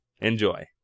Enjoy